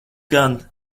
gan